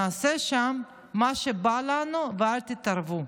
נעשה שם מה שבא לנו ואל תתערבו".